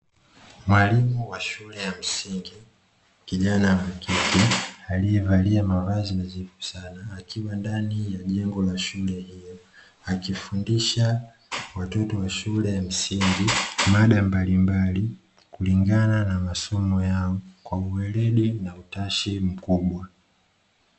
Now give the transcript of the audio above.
Mwalimu wa shule ya msingi kijana wa kike aliyevalia mavazi nadhivu sana akiwa ndani ya jengo la shule hiyo, akifundisha watoto wa shule ya msingi mada mbalimbali kulingana na masomo yao kwa uweledi na utashi mkubwa.